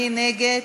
מי נגד?